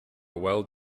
well